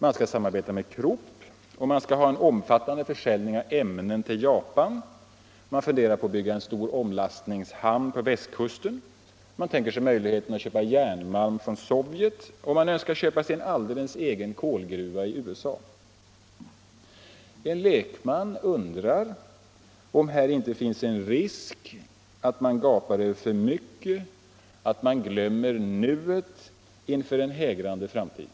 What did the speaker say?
Man skall samarbeta med Krupp, man skall ha en omfattande försäljning av ämnen till Japan, man funderar på att bygga en stor omlastningshamn på västkusten, man tänker sig möjligheten att köpa järnmalm från Sovjet och man önskar sig en alldeles egen kolgruva i USA. En lekman undrar om här inte finns en risk att man gapar över för mycket och att man glömmer nuet inför en hägrande framtid.